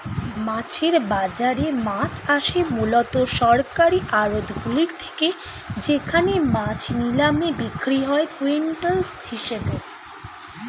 মাছের বাজারে মাছ আসে মূলত সরকারি আড়তগুলি থেকে যেখানে মাছ নিলামে বিক্রি হয় কুইন্টাল হিসেবে